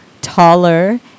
taller